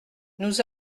nous